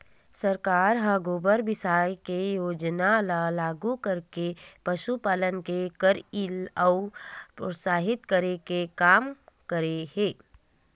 सरकार ह गोबर बिसाये के योजना ल लागू करके पसुपालन के करई ल अउ प्रोत्साहित करे के काम करे हे